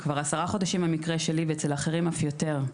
המקרה שלי נמשך כבר עשרה חודשים ואצל אחרים אף יותר.